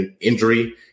injury